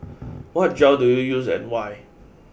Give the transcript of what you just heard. what gel do you use and why